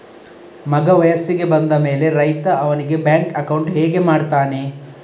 ಮಗ ವಯಸ್ಸಿಗೆ ಬಂದ ಮೇಲೆ ರೈತ ಅವನಿಗೆ ಬ್ಯಾಂಕ್ ಅಕೌಂಟ್ ಹೇಗೆ ಮಾಡ್ತಾನೆ?